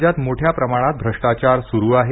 राज्यात मोठ्या प्रमाणात भ्रष्टाचार सुरू आहे